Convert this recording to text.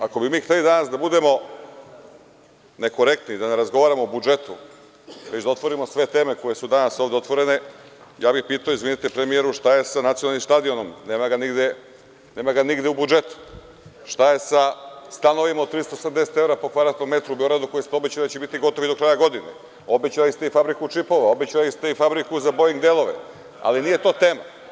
Ako bi mi hteli danas da budemo nekorektni, da ne razgovaramo o budžetu, da otvorimo sve teme koje su ovde otvorene, ja bih pitao – izvinite, premijeru, šta je sa nacionalnim stadionom, nema ga nigde u budžetu, šta je sa stanovima od 380 evra po kvadratnom metru u Beogradu, koje ste obećali da će biti gotovi do kraja godine, obećali ste i fabriku čipova, obećali ste i fabriku za boing delove, ali nije to tema.